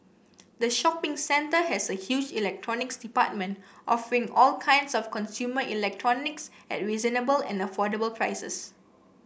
the shopping centre has a huge Electronics Department offering all kinds of consumer electronics at reasonable and affordable prices